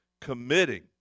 committing